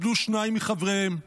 איבדו שניים מחבריהם ליחידה.